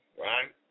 right